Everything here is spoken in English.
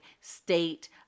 state